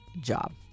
job